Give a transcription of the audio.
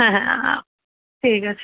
হ্যাঁ হ্যাঁ ঠিক আছে